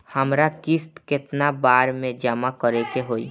हमरा किस्त केतना बार में जमा करे के होई?